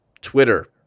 Twitter